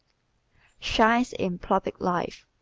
shines in public life